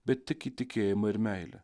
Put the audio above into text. bet tik į tikėjimą ir meilę